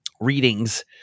readings